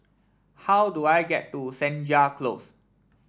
how do I get to Senja Close